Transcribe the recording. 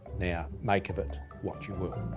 now, make of it what you will.